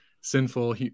sinful